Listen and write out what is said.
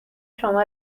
شما